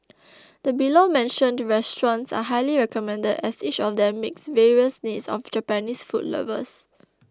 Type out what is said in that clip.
the below mentioned restaurants are highly recommended as each of them meets various needs of Japanese food lovers